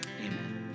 amen